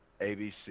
ABC